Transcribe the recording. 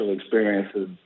experiences